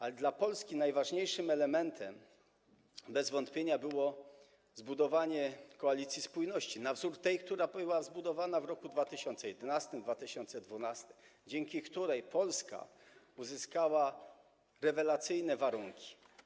Ale dla Polski najważniejszym elementem bez wątpienia było zbudowanie koalicji spójności na wzór tej, która była zbudowana w roku 2011, 2012, dzięki której Polska uzyskała rewelacyjne warunki.